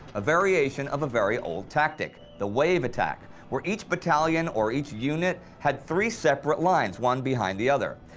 a variation of a very old tactic the wave attack, where each battalion or each unit had three separate lines, one behind the other.